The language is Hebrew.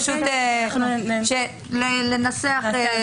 פשוט לנסח.